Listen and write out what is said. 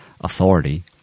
authority